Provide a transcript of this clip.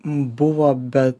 buvo be